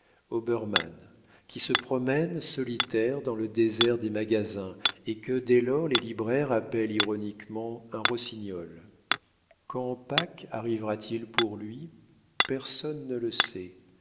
obermann qui se promène solitaire dans le désert des magasins et que dès lors les libraires appellent ironiquement un rossignol quand pâques arrivera-t-il pour lui personne ne le sait